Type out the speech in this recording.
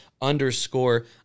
underscore